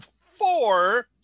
four